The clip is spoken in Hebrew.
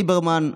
ליברמן,